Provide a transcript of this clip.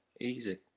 easy